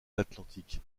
l’atlantique